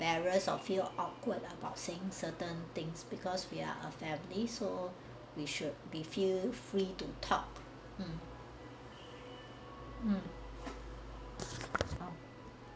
~barrassed or feel awkward lah about saying certain things because we're a family so we should be feel free to talk hmm hmm